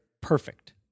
perfect